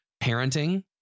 parenting